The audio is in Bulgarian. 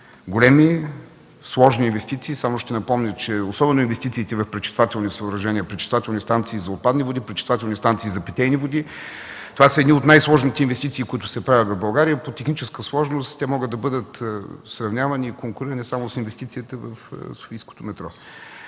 Големи, сложни инвестиции – само ще напомня, че особено инвестициите в пречиствателни съоръжения, пречиствателни станции за отпадни води, пречиствателни станции за питейни води. Това са едни от най-сложните инвестиции, които се правят в България. По техническа сложност те могат да бъдат сравнявани и конкурирани само с инвестициите в Софийското метро.